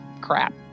crap